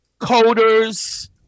coders